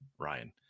Ryan